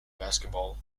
basketball